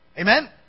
Amen